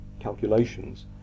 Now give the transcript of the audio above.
calculations